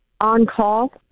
on-call